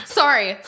sorry